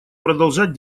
продолжать